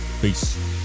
Peace